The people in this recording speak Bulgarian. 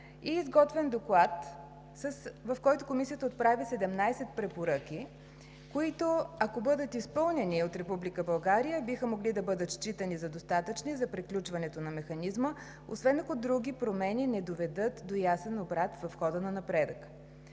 и изготвен Доклад, в който Комисията отправи 17 препоръки, които, ако бъдат изпълнени от Република България, биха могли да бъдат считани за достатъчни за приключване на Механизма, освен ако други промени не доведат до ясен обрат в хода на напредъка.